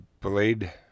blade